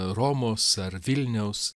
romos ar vilniaus